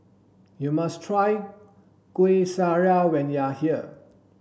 you must try Kueh Syara when you are here